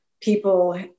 people